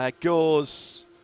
goes